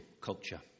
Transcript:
culture